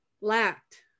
lacked